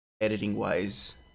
Editing-wise